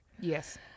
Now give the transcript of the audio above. Yes